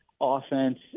offense